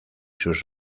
sus